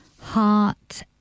heart